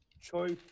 choice